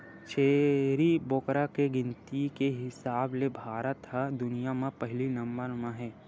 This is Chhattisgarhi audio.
छेरी बोकरा के गिनती के हिसाब ले भारत ह दुनिया म पहिली नंबर म हे